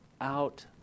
out